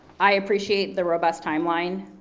i appreciate the robust timeline.